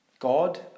God